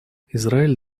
израиль